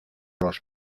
los